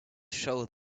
show